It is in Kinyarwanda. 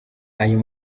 ayo